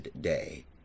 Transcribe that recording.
day